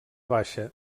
baixa